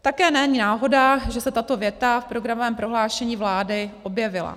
Také není náhoda, že se tato věta v programovém prohlášení vlády objevila.